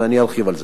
ואני ארחיב על זה.